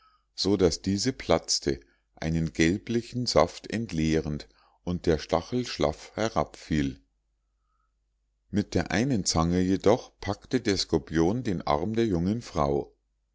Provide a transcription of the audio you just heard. so daß diese platzte einen gelblichen saft entleerend und der stachel schlaff herabfiel mit der einen zange jedoch packte der skorpion den arm der jungen frau